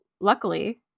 Luckily